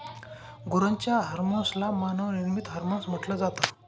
गुरांच्या हर्मोन्स ला मानव निर्मित हार्मोन्स म्हटल जात